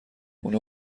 خونه